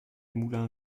moulin